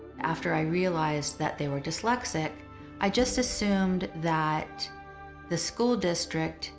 after i realized that they were dyslexic i just assumed that the school district